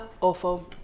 awful